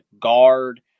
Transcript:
guard